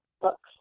books